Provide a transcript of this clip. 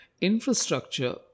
infrastructure